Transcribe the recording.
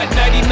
99